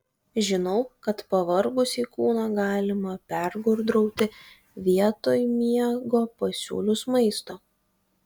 žinau kad pavargusį kūną galima pergudrauti vietoj miego pasiūlius maisto